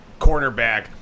cornerback